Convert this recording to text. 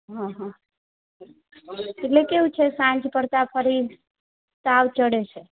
હં હં એટલે કેવું છે સાંજ પડતા ફરી તાવ ચડે છે